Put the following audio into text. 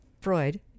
freud